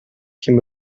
came